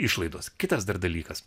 išlaidos kitas dar dalykas